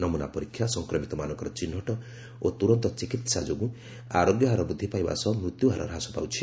ନମ୍ରନା ପରୀକ୍ଷା ସଂକ୍ରମିତ ମାନଙ୍କର ଚିହ୍ନଟ ଓ ତୁରନ୍ତ ଚିକିତ୍ସା ଯୋଗୁଁ ଆରୋଗ୍ୟହାର ବୃଦ୍ଧି ପାଇବା ସହ ମୃତ୍ୟୁହାର ହ୍ରାସ ପାଉଛି